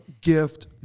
gift